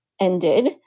ended